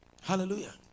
Hallelujah